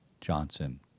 Johnson